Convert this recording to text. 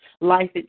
life